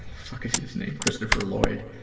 fuck is his name? christopher lloyd.